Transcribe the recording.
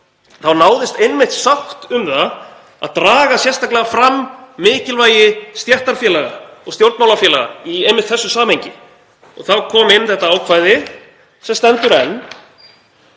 náðist sátt um að draga sérstaklega fram mikilvægi stéttarfélaga og stjórnmálafélaga í einmitt þessu samhengi. Þá kom inn þetta ákvæði, sem stendur enn,